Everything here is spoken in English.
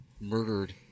murdered